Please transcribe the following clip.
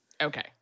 Okay